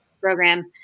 program